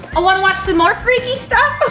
wanna watch some more freaky stuff?